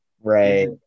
Right